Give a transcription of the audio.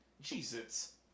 Jesus